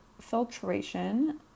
filtration